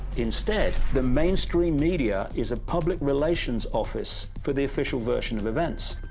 instead, the mainstream media is a public relations office, for the official version of events.